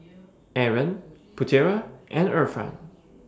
Aaron Putera and Irfan